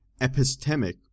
Epistemic